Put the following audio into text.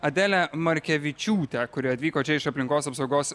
adelę markevičiūtę kuri atvyko čia iš aplinkos apsaugos